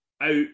out